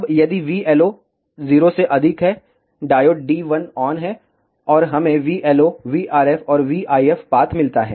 अब यदि vLO 0 से अधिक है डायोड D1 ऑन है और हमें vLO vRFऔर vIF पाथ मिलता है